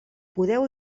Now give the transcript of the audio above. podeu